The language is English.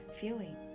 feeling